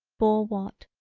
bore what,